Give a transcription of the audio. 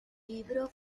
libro